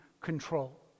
control